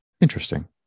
Interesting